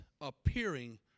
appearing